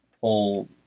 whole